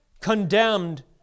condemned